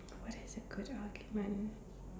what is a good argument